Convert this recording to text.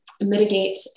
mitigate